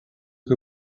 que